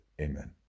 Amen